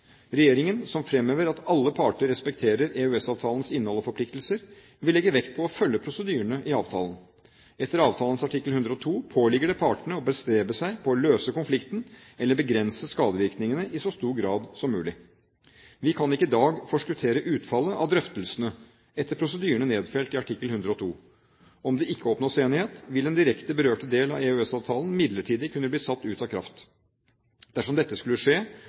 Regjeringen, som fremhever at alle parter respekterer EØS-avtalens innhold og forpliktelser, vil legge vekt på å følge prosedyrene i avtalen. Etter avtalens artikkel 102 påligger det partene å bestrebe seg på å løse konflikten eller begrense skadevirkningene i så stor grad som mulig. Vi kan ikke i dag forskuttere utfallet av drøftelsene etter prosedyrene nedfelt i artikkel 102. Om det ikke oppnås enighet, vil den direkte berørte del av EØS-avtalen midlertidig kunne bli satt ut av kraft. Dersom dette skulle skje,